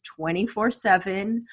24-7